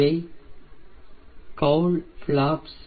இவை cowl flaps